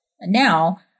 now